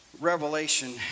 Revelation